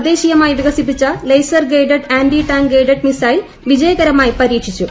O തദ്ദേശ്വീയ്മാ്യി വികസിപ്പിച്ച laser guided anti tank guided missile വിജയകരമായി പരീക്ഷിച്ചു